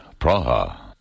Praha